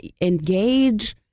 engage